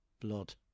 blood